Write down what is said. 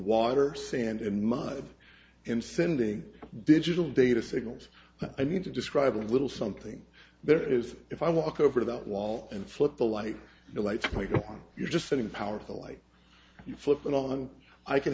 water sand and mud and sending digital data signals i mean to describe a little something there is if i walk over that wall and flip the light the lights go on you're just sitting powerful like you flip it on i can